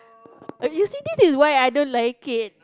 oh you see this is why I don't like it